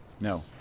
No